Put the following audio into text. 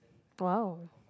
!wow!